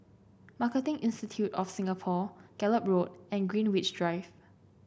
Marketing Institute of Singapore Gallop Road and Greenwich Drive